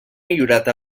millorat